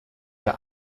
der